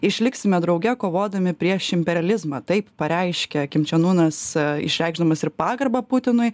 išliksime drauge kovodami prieš imperializmą taip pareiškia kimčianunas išreikšdamas ir pagarbą putinui